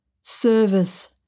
service